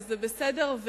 וזה בסדר.